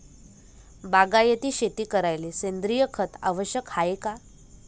बागायती शेती करायले सेंद्रिय खत आवश्यक हाये का?